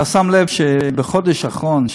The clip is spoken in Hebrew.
אתה שם לב שבחודש האחרון,